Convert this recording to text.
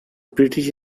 british